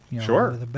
Sure